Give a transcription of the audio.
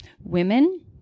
women